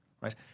right